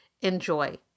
Enjoy